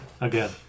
again